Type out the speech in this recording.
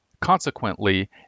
Consequently